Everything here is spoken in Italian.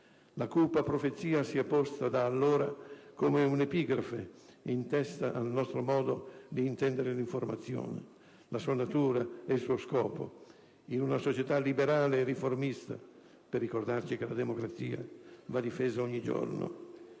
La cupa profezia si è posta da allora come un'epigrafe in testa al nostro modo di intendere l'informazione, la sua natura e il suo scopo in una società liberale e riformista, per ricordarci che la democrazia va difesa ogni giorno.